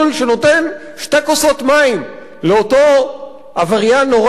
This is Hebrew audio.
שנותן שתי כוסות מים לאותו עבריין נורא,